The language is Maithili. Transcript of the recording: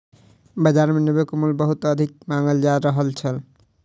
बाजार मे नेबो के मूल्य बहुत अधिक मांगल जा रहल छल